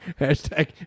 Hashtag